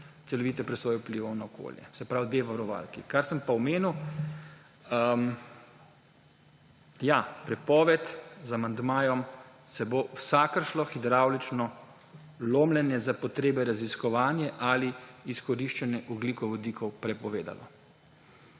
celovite presoje vplivov na okolje, se pravi dve varovalki. Kar sem pa omenil, ja, prepoved z amandmajem se bo vsakršno hidravlično lomljenje za potrebe raziskovanja ali izkoriščanja ogljikovodikov prepovedalo.